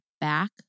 back